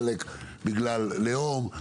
חלק בגלל לאום,